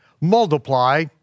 multiply